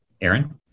Aaron